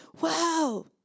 wow